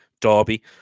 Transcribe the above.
derby